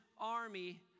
army